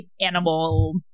animal